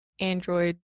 android